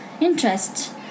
interest